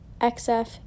xf